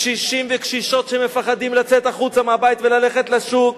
קשישים וקשישות שמפחדים לצאת החוצה מהבית וללכת לשוק,